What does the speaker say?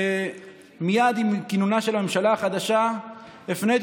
ומייד עם כינונה של הממשלה החדשה הפניתי